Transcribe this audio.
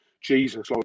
Jesus